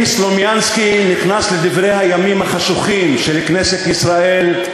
אם סלומינסקי נכנס לדברי הימים החשוכים של כנסת ישראל,